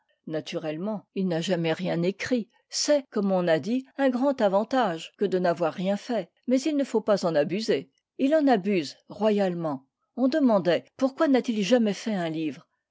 naturellement il n'a jamais rien écrit c'est comme on a dit un grand avantage que de n'avoir rien fait mais il ne faut pas en abuser il en abuse royalement on demandait pourquoi n'a-t-il jamais fait un livre